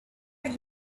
had